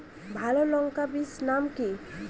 ভালো লঙ্কা বীজের নাম কি?